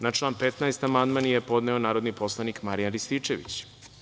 Na član 15. amandman je podneo narodni poslanik Marijan Rističević.